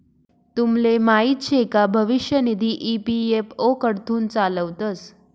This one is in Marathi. तुमले माहीत शे का भविष्य निधी ई.पी.एफ.ओ कडथून चालावतंस